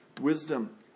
wisdom